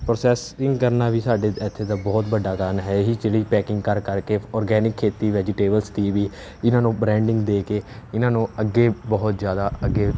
processing ਕਰਨਾ ਵੀ ਸਾਡੇ ਇੱਥੇ ਦਾ ਬਹੁਤ ਵੱਡਾ ਕਾਰਨ ਹੈ ਹੀ ਜਿਹੜੀ ਪੈਕਿੰਗ ਕਰ ਕਰਕੇ ਔਰਗੈਨਿਕ ਖੇਤੀ ਵੈਜੀਟੇਬਲਸ ਦੀ ਵੀ ਇਹਨਾਂ ਨੂੰ ਬ੍ਰਾਂਡਿੰਗ ਦੇ ਕੇ ਇਹਨਾਂ ਨੂੰ ਅੱਗੇ ਬਹੁਤ ਜ਼ਿਆਦਾ ਅੱਗੇ